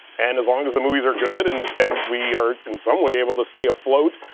and as long as the movies are good and and we are, in some way, able to stay afloat,